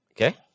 Okay